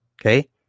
okay